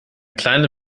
kleine